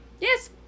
Yes